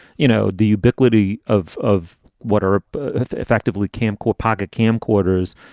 you know, the ubiquity of. of what are ah effectively calm, cool pocket camcorders.